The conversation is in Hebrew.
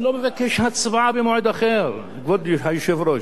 אני לא מבקש הצבעה במועד אחר, כבוד היושב-ראש.